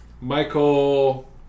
Michael